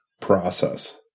process